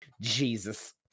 jesus